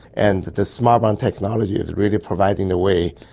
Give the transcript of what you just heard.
and the smart bomb technology is really providing the way,